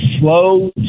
slow